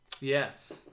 Yes